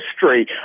history